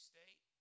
State